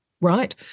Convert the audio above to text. right